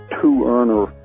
two-earner